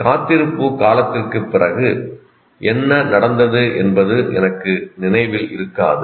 காத்திருப்பு காலத்திற்குப் பிறகு என்ன நடந்தது என்பது எனக்கு நினைவில் இருக்காது